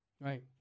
Right